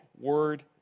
word